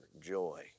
joy